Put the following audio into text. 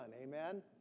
amen